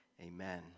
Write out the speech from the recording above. Amen